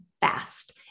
fast